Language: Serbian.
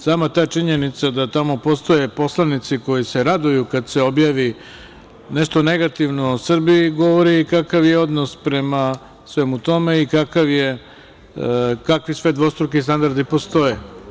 Sama ta činjenica da tamo postoje poslanici koji se raduju kada se objavi nešto negativno o Srbiji, govori kakav je odnos prema svemu tome i kakvi sve dvostruki standardi postoje.